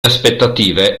aspettative